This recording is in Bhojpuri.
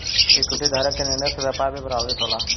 इक्विटी धारक के निर्णय से व्यापार भी प्रभावित होला